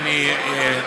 יושבת-ראש,